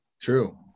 True